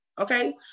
Okay